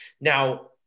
Now